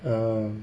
oh